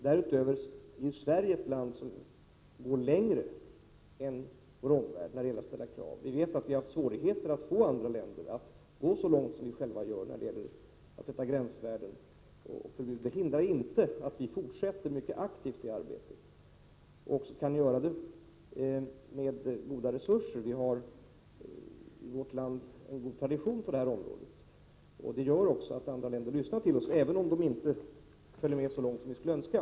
Därutöver är ju Sverige ett land som går längre än vår omvärld när det gäller att ställa krav. Vi har haft svårt att få andra länder att gå lika långt som vi själva gör när det gäller förbud och att sätta gränsvärden. Det hindrar inte att vi fortsätter det arbetet mycket aktivt, och det med goda resurser. I vårt land har vi en god tradition på detta område, och det gör också att andra länder lyssnar till oss, även om de inte följer med så långt som vi skulle önska.